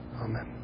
Amen